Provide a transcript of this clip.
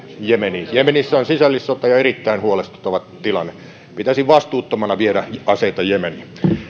jemeniin jemenissä on sisällissota ja erittäin huolestuttava tilanne pitäisin vastuuttomana viedä aseita jemeniin